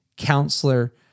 counselor